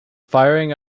firing